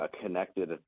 connected